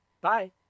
Bye